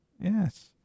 Yes